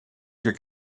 you